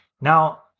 now